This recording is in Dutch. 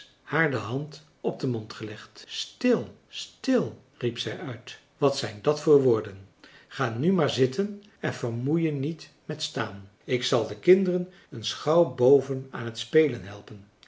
haar de hand op den mond gelegd stil stil riep zij uit wat zijn dat voor woorden ga nu maar zitten en vermoei je niet met staan ik zal de kinderen eens gauw boven aan het spelen helpen